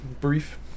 brief